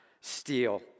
steal